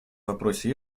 вопросе